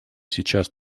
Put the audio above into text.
сейчас